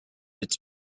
its